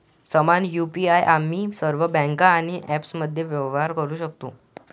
समान यु.पी.आई आम्ही सर्व बँका आणि ॲप्समध्ये व्यवहार करू शकतो